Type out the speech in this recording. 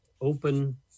open